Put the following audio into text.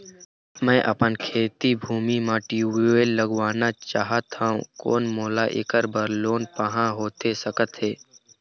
मैं अपन खेती भूमि म ट्यूबवेल लगवाना चाहत हाव, कोन मोला ऐकर बर लोन पाहां होथे सकत हे?